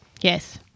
Yes